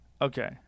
Okay